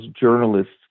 journalists